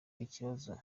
ikibazo